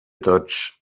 tots